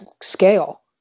scale